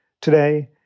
today